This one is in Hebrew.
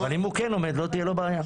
אבל אם הוא כן עומד, לא תהיה לו בעיה.